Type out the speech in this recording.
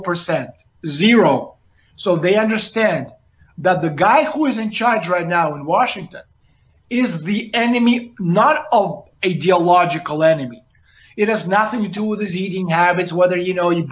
percent zero so they understand that the guy who is in charge right now in washington is the enemy not all a geological enemy it has nothing to do with his eating habits whether you know you